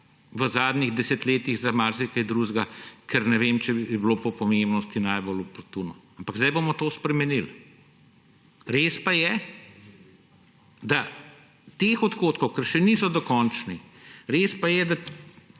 v zadnjih desetletjih za marsikaj drugega, kar ne vem, če je bilo po pomembnosti najbolj oportuno. Ampak zdaj bomo to spremenili. Res pa je, da ti odhodki, ker še niso dokončni, niso v tem